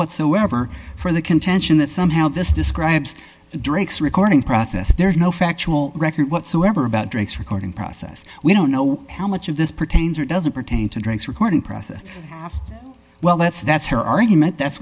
whatsoever for the contention that somehow this describes drake's recording process there's no factual record whatsoever about drake's recording process we don't know how much of this pertains or doesn't pertain to drinks recording process well that's that's her argument that's